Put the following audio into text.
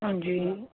ਹਾਂਜੀ